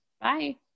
Bye